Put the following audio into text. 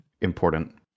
important